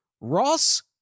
Ross